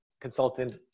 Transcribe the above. consultant